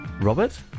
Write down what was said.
Robert